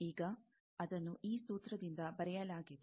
ಈಗ ಅದನ್ನು ಈ ಸೂತ್ರದಿಂದ ಬರೆಯಲಾಗಿದೆ